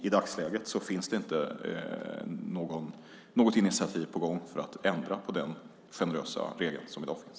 I dagsläget finns det inte något initiativ på gång för att ändra på den generösa regel som i dag finns.